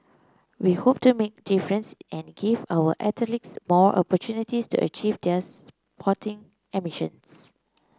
we hope to make difference and give our athletes more opportunities to achieve their sporting ambitions